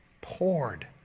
poured